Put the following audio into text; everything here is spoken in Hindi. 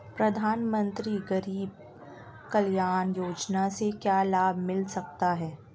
प्रधानमंत्री गरीब कल्याण योजना से क्या लाभ मिल सकता है?